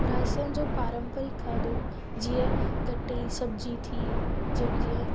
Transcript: राजस्थान जो पारंपरिक खाधो जीअं गटे ई सब्जी थी जीअं